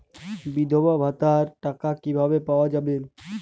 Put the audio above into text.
বিধবা ভাতার টাকা কিভাবে পাওয়া যাবে?